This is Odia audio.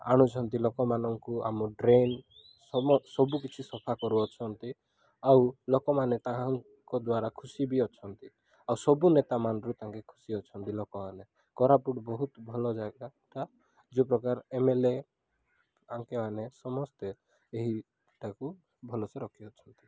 ଆଣୁଛନ୍ତି ଲୋକମାନଙ୍କୁ ଆମ ଡ୍ରେନ୍ ସମ ସବୁକିଛି ସଫା କରୁଅଛନ୍ତି ଆଉ ଲୋକମାନେ ତାହାଙ୍କ ଦ୍ୱାରା ଖୁସି ବି ଅଛନ୍ତି ଆଉ ସବୁ ନେତା ମାନରୁ ତାଙ୍କେ ଖୁସି ଅଛନ୍ତି ଲୋକମାନେ କୋରାପୁଟ ବହୁତ ଭଲ ଜାଗାଟା ଯେଉଁ ପ୍ରକାର ଏମ ଏଲ୍ ଏ ଆଙ୍କେ ଆମେ ସମସ୍ତେ ଏହିଟାକୁ ଭଲସେ ରଖି ଅଛନ୍ତି